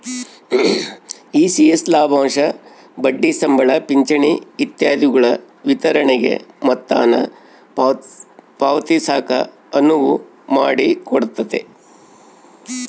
ECS ಲಾಭಾಂಶ ಬಡ್ಡಿ ಸಂಬಳ ಪಿಂಚಣಿ ಇತ್ಯಾದಿಗುಳ ವಿತರಣೆಗೆ ಮೊತ್ತಾನ ಪಾವತಿಸಾಕ ಅನುವು ಮಾಡಿಕೊಡ್ತತೆ